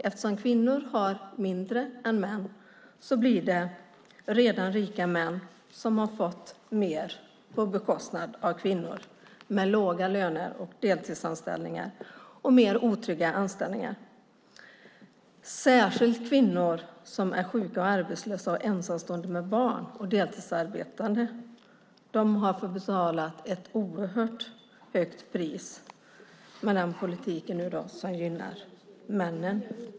Eftersom kvinnor har mindre än män är det redan rika män som har fått mer på bekostnad av kvinnor med låga löner, deltidsanställningar och mer otrygga anställningar. Särskilt kvinnor som är sjuka, arbetslösa, ensamstående med barn eller deltidsarbetande har fått betala ett oerhört högt pris med den här politiken, som gynnar männen.